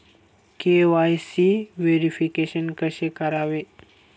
KYC verification कसे करावे?